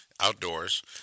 outdoors